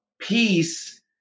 peace